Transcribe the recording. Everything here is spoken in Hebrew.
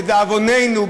לדאבוננו,